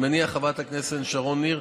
חברת הכנסת שרון ניר,